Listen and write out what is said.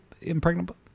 impregnable